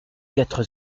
quatre